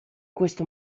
questo